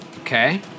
Okay